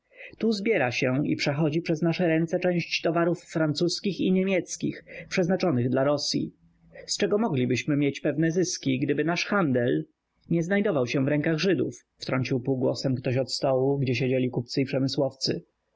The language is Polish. tu zbiera się i przechodzi przez nasze ręce część towarów francuskich i niemieckich przeznaczonych dla rosyi z czego moglibyśmy mieć pewne zyski gdyby nasz handel nie znajdował się w ręku żydów wtrącił półgłosem ktoś od stołu gdzie siedzieli kupcy